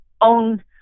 own